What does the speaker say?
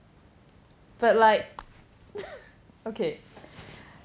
but like okay